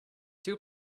two